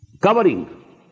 covering